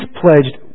pledged